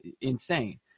insane